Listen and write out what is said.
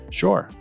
sure